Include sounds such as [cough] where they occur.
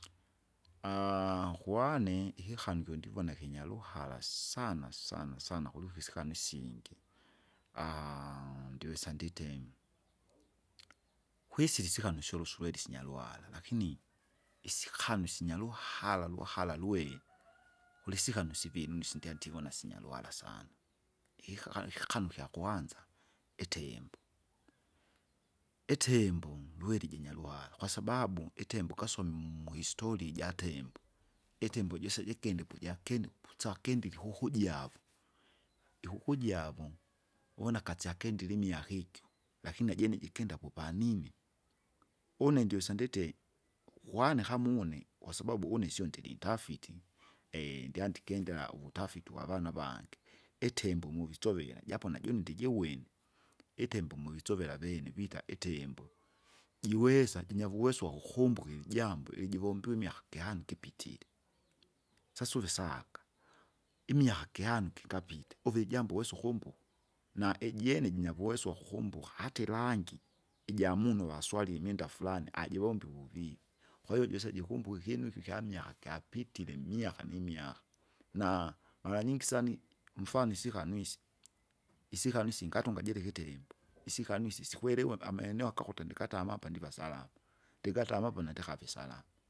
[hesitation] kwane! ikikani kyondivona kinyaruhara sana sana sana kuliko ikisika nisingi, [hesitation] ndiwesa ndite, kwisila isika nusyolo suwere sinyarwala lakini isikanu sinyaruhara ruhara rueli, kurisika nusivi msindyandivona sinyaruhara sana. Ikika- ikikanu kyakwanza, itembo, itembo lweri jinyaruhara kwasababu itembo ukasome mu- muhistoria ijatembo, itembo jose jikinde pujakindi, pusakindi ikukujavo, ikukujavo, uvona kasyakindile imiaka ikyo, lakini najene jikinda pupanine. Une ndosa ndite, ukwane kama une, kwasababu une syondilitafiti, [hesitation] ndyandikendera uvutafiti wavana avange, itembo muvitsovele, japo najune ndijivyene, itembo muivitsovela avene vita itembo vita itembo jiwesa jinyawuweso wakukumbuka ijambo iji jivombiwe imiaka kihano kipitire, sasa uvisaka, imiaka kihano kingapita uve ijambo uwesa ukumbuke, na ijene jinavuweso wakukumbuka hata irangi, ijamunu vaswalile imwenda flani ajivombi uvuvuv, kwahiyo jise jikumbuke ikyinu ikyo kyamiaka gyapitire miaka nimiaka. Na maranyingi sani! mfano isihanwise, isihanwisi ngatunga jira ikitembo, isikanwisi sikwerewa amaeneo akakuta ndikatama apa ndiva salama, ndingatama apa nandikave salama.